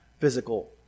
physical